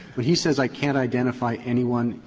but he says i can't identify anyone,